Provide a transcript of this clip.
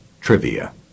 trivia